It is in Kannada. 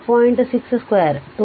6 ಸ್ಕ್ವೇರ್ 2